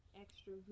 extra